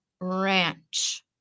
ranch